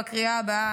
בקריאה הבאה,